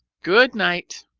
good night.